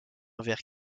envers